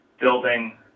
building